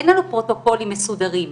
אין לנו פרוטוקולים מסודרים.